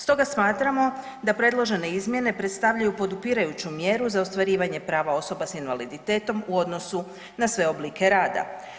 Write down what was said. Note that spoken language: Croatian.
Stoga smatramo da predložene izmjene predstavljaju podupirajuću mjeru za ostvarivanje prava osoba sa invaliditetom u odnosu na sve oblike rada.